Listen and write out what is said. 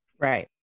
Right